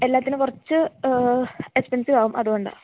എല്ലാത്തിനും കുറച്ച് എക്സ്പെൻസീവ് ആകും അതുകൊണ്ടാണ്